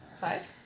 Five